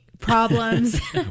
problems